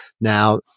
now